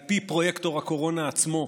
על פי פרויקטור הקורונה עצמו,